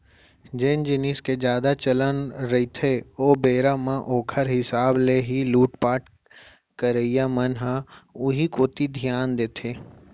जेन जिनिस के जादा चलन रहिथे ओ बेरा म ओखर हिसाब ले ही लुटपाट करइया मन ह उही कोती धियान देथे